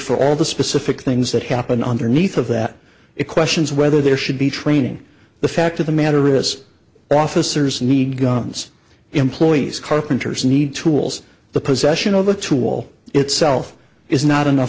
for all the specific things that happen underneath of that it questions whether there should be training the fact of the matter is officers need guns employees carpenters need tools the possession of the tool itself is not enough